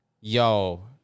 Yo